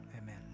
amen